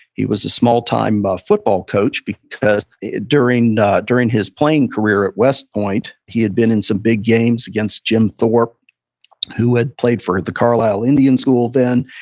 he was a small-time but football coach. during during his playing career at west point, he had been in some big games against jim thorpe who had played for the carlisle indians school then.